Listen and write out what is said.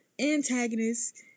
antagonist